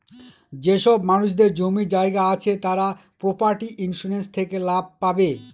যেসব মানুষদের জমি জায়গা আছে তারা প্রপার্টি ইন্সুরেন্স থেকে লাভ পাবে